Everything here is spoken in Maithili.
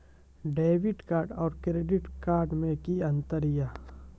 डेबिट कार्ड और क्रेडिट कार्ड मे कि अंतर या?